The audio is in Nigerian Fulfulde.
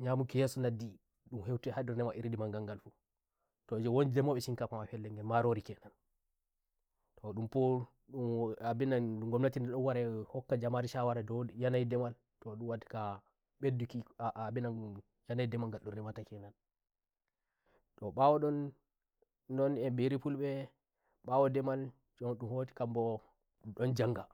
nyamuki nyeso leddindun heuti hardou nama ri ndi mbangal gal futo njon wodi ndema mbe shinkafa ma pellel ngelmarori ke nanto ndun fu ndum abinanmgomnati ndon wara e hokka jamare shawara dou yanayi ndemalton ndun wada ga mbhedduki abinan yanayi ndemal ngal ndum remata kenanto mbawo ndonnon a biri fulbembawo denma wodi kadin mbondun ndon njangandun